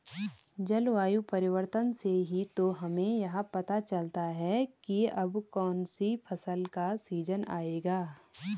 जलवायु परिवर्तन से ही तो हमें यह पता चलता है की अब कौन सी फसल का सीजन आयेगा